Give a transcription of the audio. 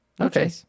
Okay